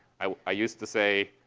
i used to say